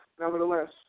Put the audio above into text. nevertheless